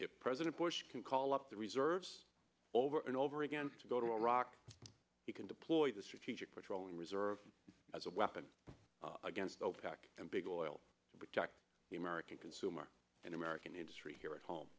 it president bush can call up the reserves over and over again to go to iraq he can deploy the strategic petroleum reserve as a weapon against opec and big oil and protect the american consumer and american industry here at home